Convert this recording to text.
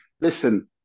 listen